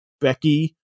Becky